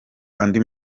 andi